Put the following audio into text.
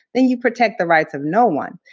then you protect the rights of no one.